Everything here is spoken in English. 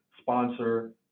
sponsor